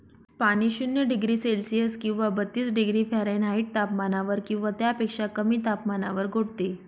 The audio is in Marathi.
पाणी शून्य डिग्री सेल्सिअस किंवा बत्तीस डिग्री फॅरेनहाईट तापमानावर किंवा त्यापेक्षा कमी तापमानावर गोठते